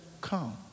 come